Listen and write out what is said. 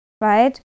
Right